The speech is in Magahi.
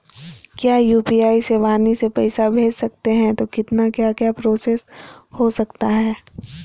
क्या यू.पी.आई से वाणी से पैसा भेज सकते हैं तो कितना क्या क्या प्रोसेस हो सकता है?